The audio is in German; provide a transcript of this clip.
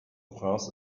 prince